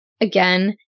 Again